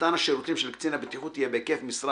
מתן השירותים של קצין הבטיחות יהיה בהיקף משרה